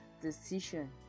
decision